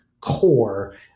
core